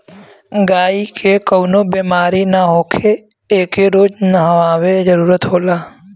गायी के कवनो बेमारी ना होखे एके रोज नहवावे जरुरत होला